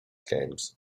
games